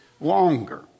longer